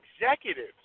executives